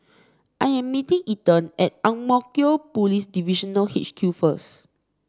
I am meeting Ethan at Ang Mo Kio Police Divisional H Q first